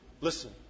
Listen